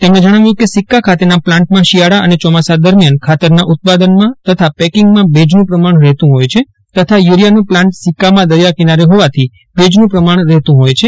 તેમણે જજ્ઞાવ્યું કે સિક્કા ખાતેના પ્લાન્ટમાં શિયાળા અને ચોમાસા દરમિયાન ખાતરના ઉત્પાદનમાં તથા પેકિંગમાં ભેજનું પ્રમાણ રહેતુ હોય છે તથા યુરિયાનો પ્લાન્ટ સિક્કામાં દરિયા કિનારે હોવાથી ભેજનું પ્રમાણ રહેતું હોય છે